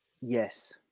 Yes